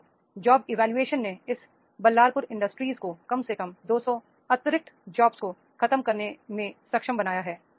तो job evolution ने इस बल्लारपुर इंडस्ट्रीज को कम से कम 200 अतिरिक्त जॉब्स को खत्म करने में सक्षम बनाया है